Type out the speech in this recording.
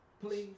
Please